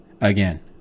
again